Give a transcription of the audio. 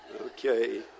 Okay